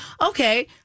okay